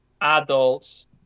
adults